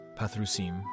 Pathrusim